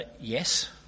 Yes